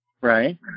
Right